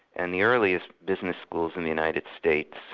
and the earliest business schools in the united states,